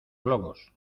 globos